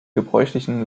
gebräuchlichen